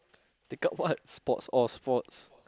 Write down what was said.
take up what sports oh sports